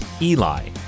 Eli